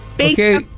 okay